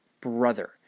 brother